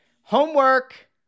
homework